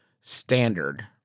standard